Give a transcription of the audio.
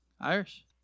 Irish